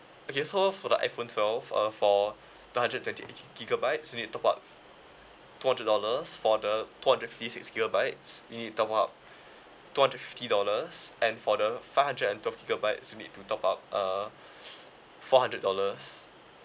okay so for the iphone twelve uh for two hundred twenty eight gigabytes you need to top up two hundred dollars for the two hundred fifty six gigabytes you need top up two hundred fifty dollars and for the five hundred and twelve gigabytes you need to top up err four hundred dollars